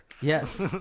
Yes